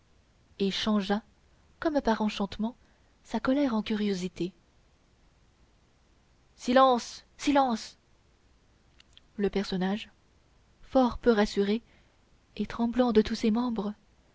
et changea comme par enchantement sa colère en curiosité silence silence le personnage fort peu rassuré et tremblant de tous ses membres